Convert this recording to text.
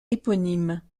éponyme